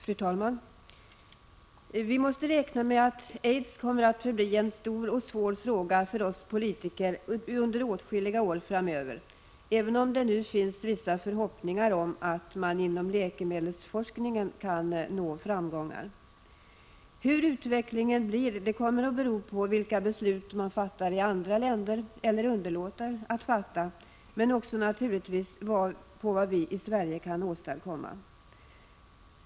Fru talman! Vi måste räkna med att aids kommer att förbli en stor och svår fråga för oss politiker under åtskilliga år framöver, även om det nu finns vissa förhoppningar om att man inom läkemedelsforskningen kan nå framgångar. Hur utvecklingen blir kommer att bero på vilka beslut man fattar i andra länder, eller underlåter att fatta, men naturligtvis också på vad vi i Sverige kan åstadkomma.